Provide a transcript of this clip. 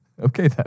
Okay